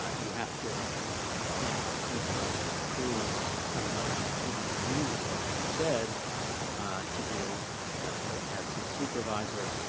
um you have to you can't simply prove that somebody didn't do what you said to do as ah as his supervisor,